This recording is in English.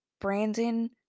Brandon